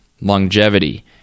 longevity